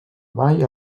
avall